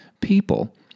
people